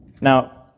Now